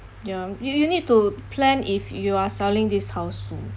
ya you you need to plan if you are selling this house soon